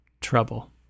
Trouble